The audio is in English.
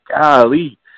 golly